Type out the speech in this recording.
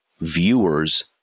viewers